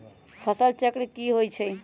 फसल चक्र की होइ छई?